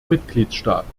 mitgliedstaaten